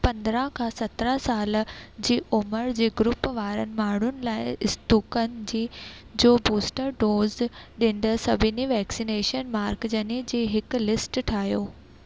पंद्रहं खां सत्रहं साल जी उमिरि जे ग्रुप वारनि माण्हुनि लाइ स्तूकन जो बूस्टर डोज ॾींद सभिनी वैक्सीनेशन मर्कज़नि जी हिकु लिस्ट ठाहियो